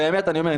באמת אני אומר,